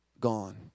gone